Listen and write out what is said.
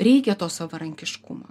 reikia to savarankiškumo